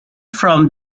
from